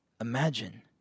imagine